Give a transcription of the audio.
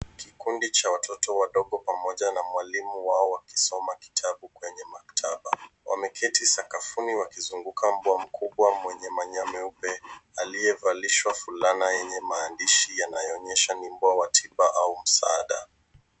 Kikundi cha watoto wadogo pamoja na mwalimu wao wakisoma kitabu kwenye maktaba wameketi sakafuni wakizunguka mbwa mkubwa mwenye manyoya meupe aliyevalishwa fulana yenye maandishi yanayonyesha ni mbwa wa tiba au msaada.